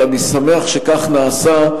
ואני שמח שכך נעשה.